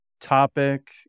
topic